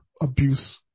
abuse